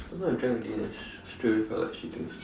just now I drank already then straight away felt like shitting sia